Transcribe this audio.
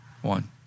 One